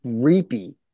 creepy